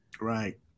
Right